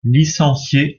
licencié